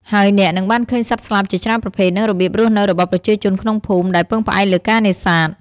ហើយអ្នកនឹងបានឃើញសត្វស្លាបជាច្រើនប្រភេទ និងរបៀបរស់នៅរបស់ប្រជាជនក្នុងភូមិដែលពឹងផ្អែកលើការនេសាទ។